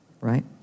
right